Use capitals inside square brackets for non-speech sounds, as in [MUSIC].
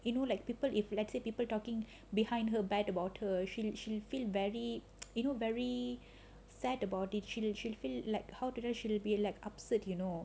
you know like people if lets say people talking behind her back about her she did she feel very [NOISE] you know very sad about it she she feel like how should I she be like upset you know